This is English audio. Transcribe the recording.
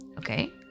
Okay